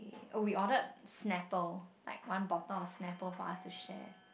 oh we ordered snapple like one bottle of snapple for us to share